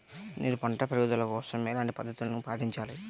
నేను పంట పెరుగుదల కోసం ఎలాంటి పద్దతులను పాటించాలి?